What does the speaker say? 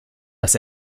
das